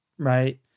Right